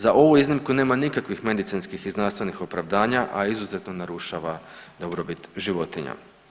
Za ovu iznimku nema nikakvih medicinskih i znanstvenih opravdanja, a izuzetno narušava dobrobit životinja.